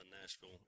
Nashville